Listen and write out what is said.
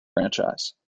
franchise